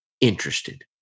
interested